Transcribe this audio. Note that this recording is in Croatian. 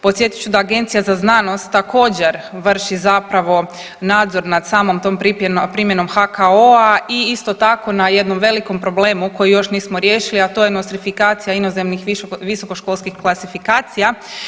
Podsjetit ću da Agencija za znanost također vrši zapravo nad samom tom primjenom HKO-a i isto tako na jednom velikom problemu koji još nismo riješili, a to je nostrifikacija inozemnih visokoškolskih klasifikacija.